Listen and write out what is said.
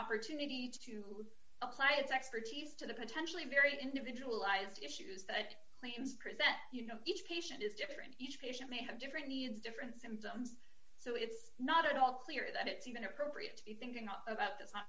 opportunity to apply its expertise to the potentially very individualized issues that claims present you know each patient is different each patient may have different needs different symptoms so it's not at all clear that it's even appropriate to be thinking about that